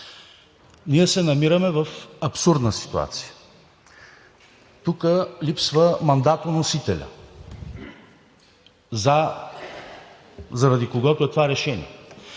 Ние се намираме в абсурдна ситуация. Тук липсва мандатоносителят, заради когото е това решение.